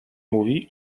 mówi